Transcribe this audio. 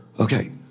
Okay